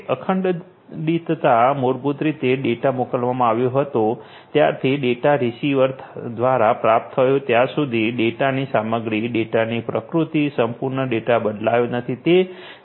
અખંડિતતા મૂળભૂત રીતે ડેટા મોકલવામાં આવ્યો હતો ત્યારથી ડેટા રીસીવર દ્વારા પ્રાપ્ત થયો ત્યાં સુધી ડેટાની સામગ્રી ડેટાની પ્રકૃતિ સંપૂર્ણ ડેટા બદલાયો નથી તે વિશે વાત કરે છે